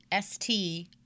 ST